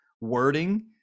wording